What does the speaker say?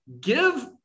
give